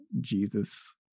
Jesus